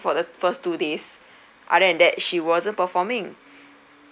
for the first two days other than that she wasn't performing